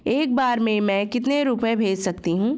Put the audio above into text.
एक बार में मैं कितने रुपये भेज सकती हूँ?